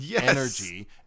energy